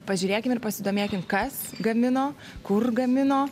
pažiūrėkim ir pasidomėkim kas gamino kur gamino